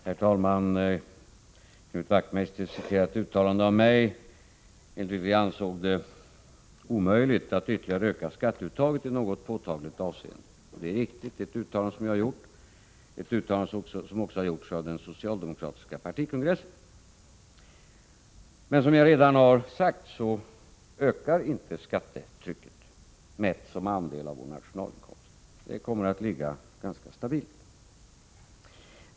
Herr talman! Knut Wachtmeister citerade ett uttalande av mig om att vi ansåg det omöjligt att ytterligare öka skatteuttaget i något påtagligt avseende. Det är riktigt. Det är ett uttalande som jag har gjort och som också har gjorts av den socialdemokratiska partikongressen. Men som jag redan har sagt ökar inte skattetrycket mätt såsom andel av vår nationalinkomst. Det kommer att ligga ganska stilla.